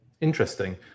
Interesting